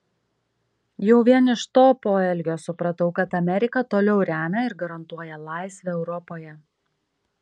jau vien iš to poelgio supratau kad amerika toliau remia ir garantuoja laisvę europoje